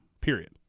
period